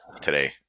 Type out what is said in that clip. today